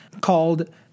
called